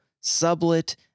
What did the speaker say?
Sublet